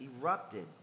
erupted